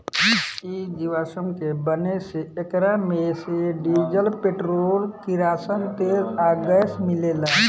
इ जीवाश्म के बने से एकरा मे से डीजल, पेट्रोल, किरासन तेल आ गैस मिलेला